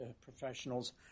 professionals